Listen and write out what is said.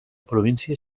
província